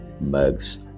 mugs